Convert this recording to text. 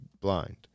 blind